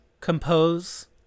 Compose